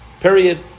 Period